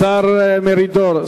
השר מרידור.